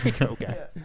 Okay